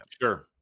Sure